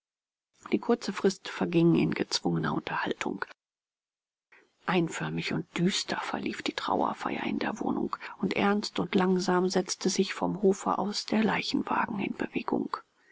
die kurze frist verging in gezwungener unterhaltung einförmig und düster verlief die trauerfeier in der wohnung und ernst und langsam setzte sich vom hofe aus der leichenwagen in bewegung